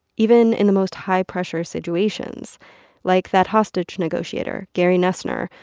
even in the most high-pressure situations like that hostage negotiator, gary noesner,